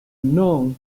non